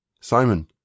Simon